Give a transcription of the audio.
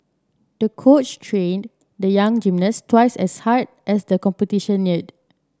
the coach trained the young gymnast twice as hard as the competition neared